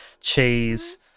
cheese